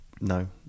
no